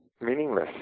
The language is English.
meaningless